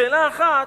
שאלה אחת: